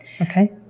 Okay